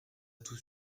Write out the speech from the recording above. tout